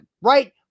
right